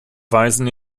weisen